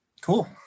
Cool